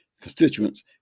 constituents